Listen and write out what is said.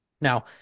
Now